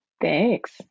Thanks